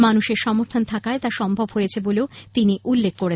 মানুষের সমর্থন থাকায় তা সম্ভব হয়েছে বলেও তিনি উল্লেখ করেছেন